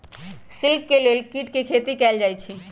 silk के लेल कीट के खेती कएल जाई छई